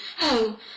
Oh